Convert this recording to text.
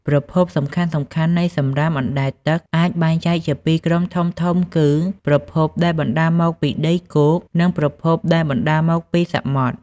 ប្រភពសំខាន់ៗនៃសំរាមអណ្តែតទឹកអាចបែងចែកជាពីរក្រុមធំៗគឺ ប្រភពដែលបណ្តាលមកពីដីគោក និង ប្រភពដែលបណ្តាលមកពីសមុទ្រ។